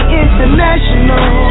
international